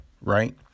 right